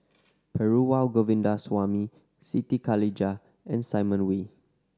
Perumal Govindaswamy Siti Khalijah and Simon Wee